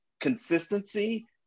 consistency